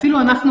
אפילו אנחנו,